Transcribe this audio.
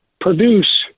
produce